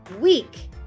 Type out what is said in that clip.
week